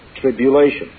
tribulation